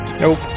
Nope